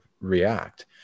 react